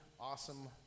awesome